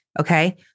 Okay